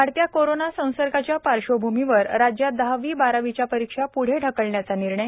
वाढत्या कोरोना संसर्गाच्या पार्श्वभूमीवर राज्यात दहावी बारावीच्या परीक्षा पुढे ढकलन्याचा निर्णय